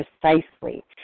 precisely